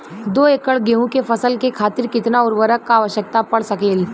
दो एकड़ गेहूँ के फसल के खातीर कितना उर्वरक क आवश्यकता पड़ सकेल?